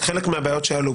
חלק מהבעיות שעלו,